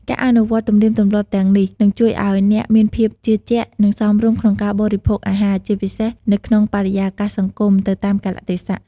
ការអនុវត្តនូវទំនៀមទម្លាប់ទាំងនេះ នឹងជួយឱ្យអ្នកមានភាពជឿជាក់ និងសមរម្យក្នុងការបរិភោគអាហារ ជាពិសេសនៅក្នុងបរិយាកាសសង្គម ទៅតាមកាលៈទេសៈ។